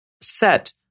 set